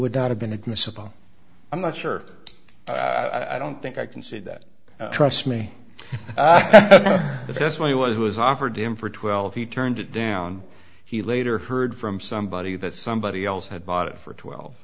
would not have been admissible i'm not sure i don't think i can say that trust me but that's what he was was offered him for twelve he turned it down he later heard from somebody that somebody else had bought it for twelve